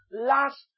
last